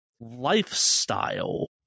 lifestyle